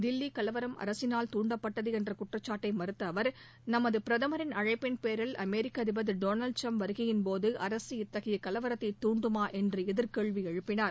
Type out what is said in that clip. தில்லி கலவரம் அரசினால் தூண்டப்பட்டது என்ற குற்றச்சாட்டை மறுத்த அவர் நமது பிரதமரின் அழைப்பின் பேரில் அமெரிக்க அதிபர் திரு டொனால்ட் டிரம்ப் வருகையின்போது அரசு இத்தகைய கலவரத்தை தூண்டுமா என்று எதிர் கேள்வி எழுப்பினார்